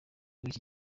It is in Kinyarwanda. w’iki